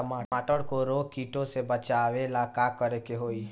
टमाटर को रोग कीटो से बचावेला का करेके होई?